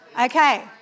Okay